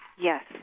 Yes